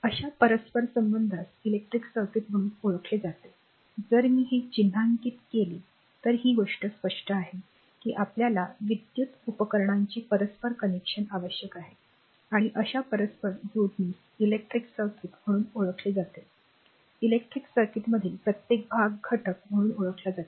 अशा परस्परसंबंधास electric circuit म्हणून ओळखले जाते जर मी हे चिन्हांकित केले तर ही गोष्ट स्पष्ट आहे की आपल्याला विद्युत उपकरणांचे परस्पर कनेक्शन आवश्यक आहे आणि अशा परस्पर जोडणीस इलेक्ट्रिक सर्किट म्हणून ओळखले जाते इलेक्ट्रिक सर्किटमधील प्रत्येक भाग घटक म्हणून ओळखला जातो